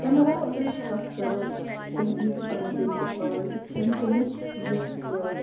تَمہِ علاوٕ اگر أسۍ کَتھ کَرو تہذیٖب تہٕ تَمدُن کِس حوالَس سۭتۍ کھٮ۪ن چٮ۪نُک یُس